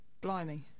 Blimey